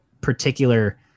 particular